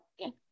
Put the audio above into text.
Okay